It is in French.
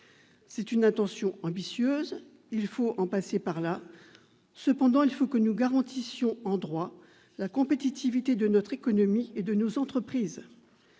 C'est une intention ambitieuse, et il faut en passer par là. Cependant, nous devons assurer en droit la compétitivité de notre économie et de nos entreprises.